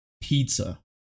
pizza